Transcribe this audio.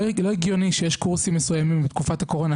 לא הגיוני שיש קורסים מסוימים בתקופת הקורונה,